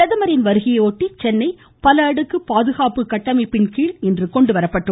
பிரதமரின் வருகையையொட்டி சென்னை பல அடுக்கு பாதுகாப்பு கட்டமைப்பின் கீழ் இன்று கொண்டுவரப்பட்டது